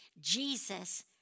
Jesus